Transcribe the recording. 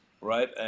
right